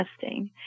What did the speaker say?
testing